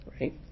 Right